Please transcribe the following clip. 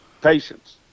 patience